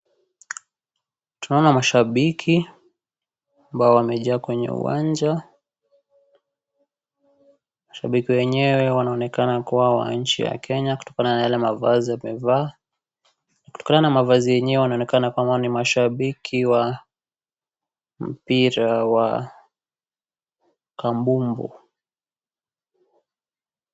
Tunaona mashabiki ambao wamejaa kwenye uwanja . Mashabiki wenyewe wanaonekana kuwa wa nchi ya Kenya kutokana na yale mavazi wamevaa . Kutokana na mavazi yenyewe wanaonekana kwamba ni mashabiki wa mpira wa kabumbu.